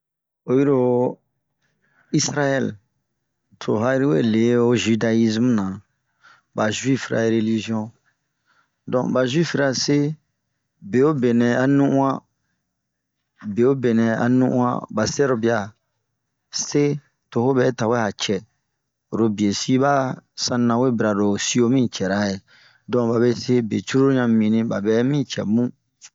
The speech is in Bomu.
Oyi lo isayɛle, to'o ha'iri we lii zidayizme na ,ba zuwife ra relizion, donk ba zuwifu ra se, be o be nɛ a nu'uan, ba sɛrobia se to ho bɛ tawɛ a cɛɛ.oro bio sin ba sanira we bara lo sioo micɛ. Donke ba be se be cururu ɲan minbin ba be ɛ min cɛɛbun.